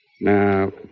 Now